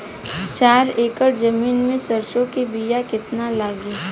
चार एकड़ जमीन में सरसों के बीया कितना लागी?